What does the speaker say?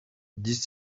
dix